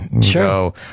sure